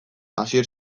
asier